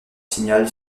signal